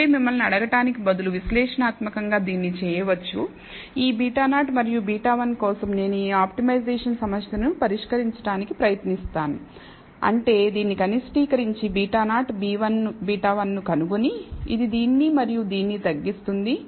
ఇప్పుడే మిమ్మల్ని అడగడానికి బదులు విశ్లేషణాత్మకంగా దీన్ని చేయవచ్చు ఈ β0 మరియు β1 కోసం నేను ఈ ఆప్టిమైజేషన్ సమస్యను పరిష్కరించడానికి ప్రయత్నిస్తాను అంటే దీన్ని కనిష్టీకరించి β0 β1 ను కనుగొనీ ఇది దీన్ని మరియు దీన్ని తగ్గిస్తుంది